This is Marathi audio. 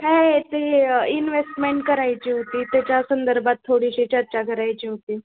काय आहे ते इन्व्हेस्टमेंट करायची होती त्याच्या संदर्भात थोडीशी चर्चा करायची होती